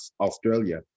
Australia